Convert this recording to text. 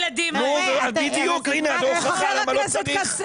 עליה בהערצה.